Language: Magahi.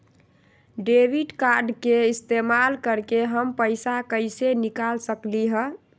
डेबिट कार्ड के इस्तेमाल करके हम पैईसा कईसे निकाल सकलि ह?